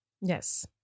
Yes